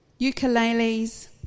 ukuleles